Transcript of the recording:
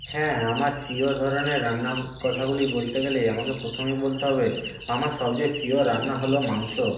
হ্যাঁ আমার প্রিয় ধরনের রান্নার কথাগুলি বলতে গেলে আমাকে প্রথমেই বলতে হবে আমার সবচেয়ে প্রিয় রান্না হলো মাংস